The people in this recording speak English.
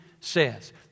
says